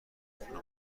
خودتون